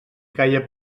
calla